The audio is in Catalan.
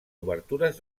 obertures